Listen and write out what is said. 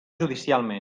judicialment